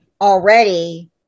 already